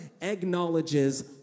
acknowledges